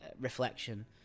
reflection